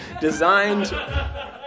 designed